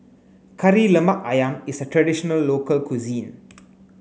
Kari Lemak Ayam is a traditional local cuisine